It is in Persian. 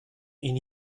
این